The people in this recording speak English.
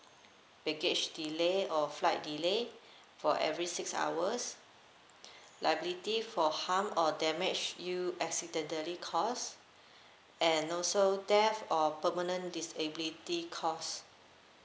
baggage delay or flight delay for every six hours liability for harm or damage you accidentally caused and also death or permanent disability caused